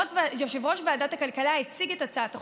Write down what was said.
יושב-ראש ועדת הכלכלה הציג את הצעת החוק,